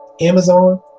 Amazon